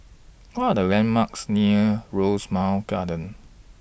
What Are The landmarks near Rosemount Kindergarten